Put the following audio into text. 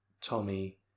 Tommy